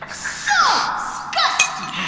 like so disgusting.